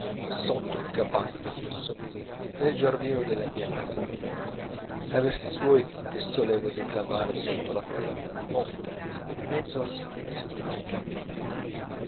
sotto un capanno di gelsomini nel giardino della mia casa paterna ai versi suoi che solevo declamare sotto la tenda di notte in mezzo al silenzio degli accampamenti